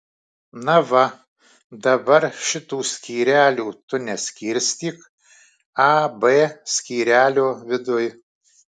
na va dabar šitų skyrelių tu neskirstyk a b skyrelio viduj